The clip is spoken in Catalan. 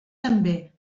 també